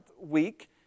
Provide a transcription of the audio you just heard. week